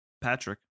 patrick